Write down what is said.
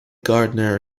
gardner